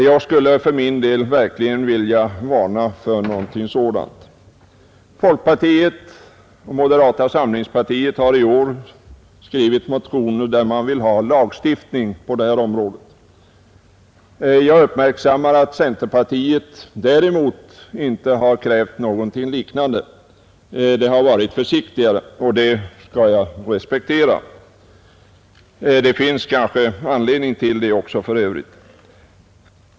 Jag skulle för min del verkligen vilja varna för detta. Folkpartiet och moderata samlingspartiet har i år väckt motioner där man hemställer om lagstiftning på detta område. Jag konstaterar att centerpartiet däremot inte har krävt någonting sådant. Inom centerpartiet har man varit försiktigare, och det skall jag respektera. Det finns för övrigt kanske också skäl för det.